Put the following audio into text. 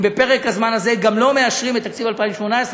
אם גם בפרק הזמן הזה לא מאשרים את תקציב 2018,